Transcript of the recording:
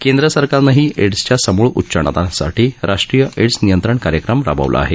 केंद्र सरकारनंही एड्सच्या समूळ उच्चाटनासाठी राष्ट्रीय एड्स नियंत्रण कार्यक्रम राबवत आहे